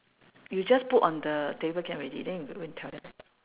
you just put on the table can already then you go and tell them